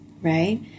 right